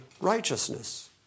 righteousness